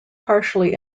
partially